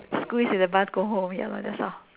squeeze in the bus go home ya lor that's all